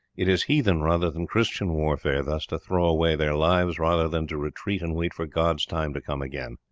it is heathen rather than christian warfare thus to throw away their lives rather than to retreat and wait for god's time to come again.